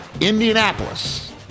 Indianapolis